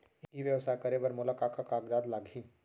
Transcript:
ई व्यवसाय करे बर मोला का का कागजात लागही?